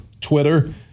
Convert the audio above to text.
Twitter